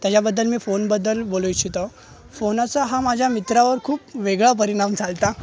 त्याच्याबद्दल मी फोनबद्दल बोलू इच्छितो फोनचा हा माझ्या मित्रावर खूप वेगळा परिणाम झाला होता